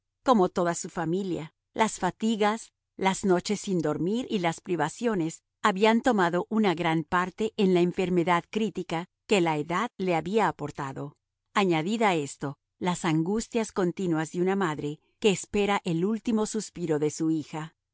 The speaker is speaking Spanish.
como toda su familia las fatigas las noches sin dormir y las privaciones habían tomado una gran parte en la enfermedad crítica que la edad le había aportado añadid a esto las angustias continuas de una madre que espera el último suspiro de su hija